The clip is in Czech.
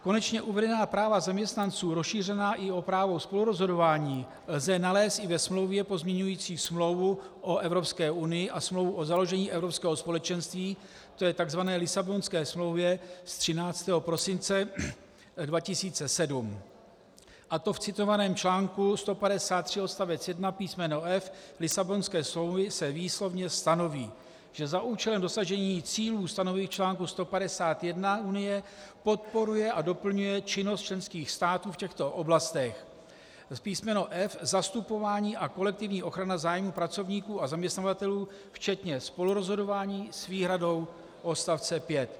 Konečně uvedená práva zaměstnanců rozšířená i o právo spolurozhodování lze nalézt i ve Smlouvě pozměňující smlouvu o Evropské unii a Smlouvu o založení Evropského společenství, to je takzvané Lisabonské smlouvě z 13. prosince 2007, a to v citovaném článku 153 odst. 1 písmeno f) Lisabonské smlouvy se výslovně stanoví, že za účelem dosažení cílů ustanovení článku 151 Unie podporuje a doplňuje činnost členských států v těchto oblastech: písmeno f) zastupování a kolektivní ochrana zájmů pracovníků a zaměstnavatelů včetně spolurozhodování s výhradou odst. 5.